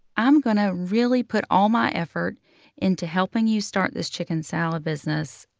i'm going to really put all my effort into helping you start this chicken salad business.